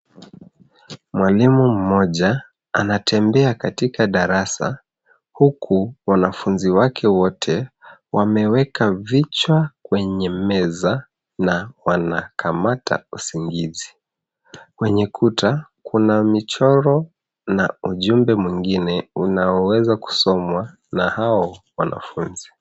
Mwalimu mmoja anatembea katika darasa huku wanafunzi wake wote wameweka vichwa kwenye meza na wanakamata usingizi, kwenye kuta kuna michoro na ujumbe mwingine unaowezwa kusomwa na hao wanafunzi.